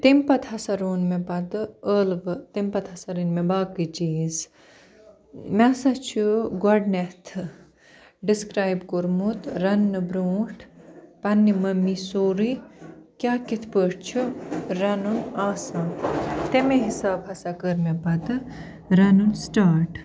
تَمہِ پَتہٕ ہَسا روٚن مےٚ پَتہٕ ٲلوٕ تَمہِ پَتہٕ ہسا رٔنۍ مےٚ باقٕے چیٖز مےٚ ہسا چھُ گۄڈٕنیٚتھ ڈِسکرٛایب کوٚرمُت رَننہٕ برٛونٛٹھ پَننہِ مٔمی سورُے کیٛاہ کِتھ پٲٹھۍ چھُ رَنُن آسان تَمے حِساب ہسا کٔر مےٚ پَتہٕ رَنُن سِٹارٹ